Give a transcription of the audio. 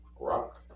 Rock